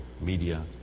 Media